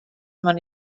man